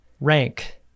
rank